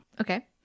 Okay